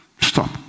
Stop